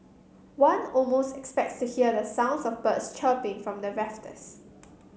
one almost expects to hear the sounds of birds chirping from the rafters